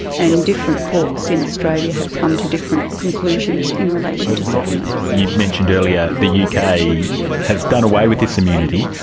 and different courts in australia have come to different conclusions in relation to settlements. you mentioned earlier the yeah uk has done away with this immunity.